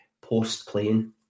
post-playing